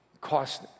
cost